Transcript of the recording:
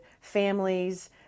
families